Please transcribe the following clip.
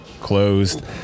closed